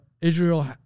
Israel